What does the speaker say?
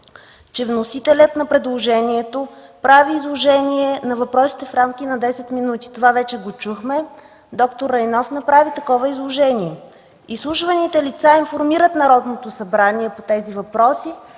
че вносителят на предложението прави изложение на въпросите в рамките на 10 минути. Това вече го чухме – д-р Райнов направи такова изложение. Изслушваните лица информират Народното събрание по тези въпроси